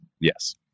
Yes